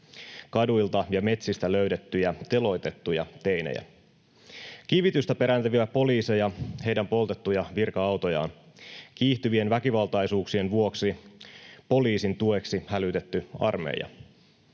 kaduilta ja metsistä löydettyjä teloitettuja teinejä, kivitystä perääntyviä poliiseja, heidän poltettuja virka-autojaan, kiihtyvien väkivaltaisuuksien vuoksi poliisin tueksi hälytetty armeija,